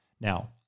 Now